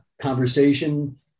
conversation